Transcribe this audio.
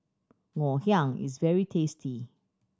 Ngoh Hiang is very tasty